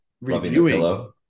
reviewing